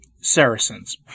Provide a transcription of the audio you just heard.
Saracens